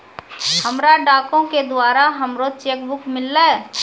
हमरा डाको के द्वारा हमरो चेक बुक मिललै